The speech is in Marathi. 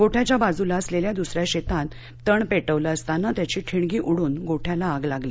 गोठ्याच्या बाजूला असलेल्या दूसऱ्या शेतात तण पेटवलं असताना त्याची ठिणगी उडून गोठ्याला आग लागली